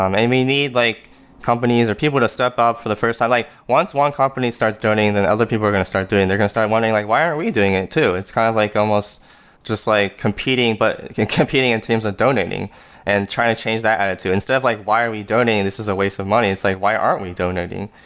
um we need like companies, or people to step up for the first time. like once one company starts donating, then other people are going to start doing. they're going to start wondering, like why are we doing it too? it's kind of like almost just like competing, but competing in teams and donating and trying to change that attitude instead of like, why are we donating? this is a waste of money. it's like, why aren't we donating?